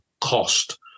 cost